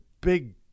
big